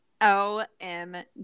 OMG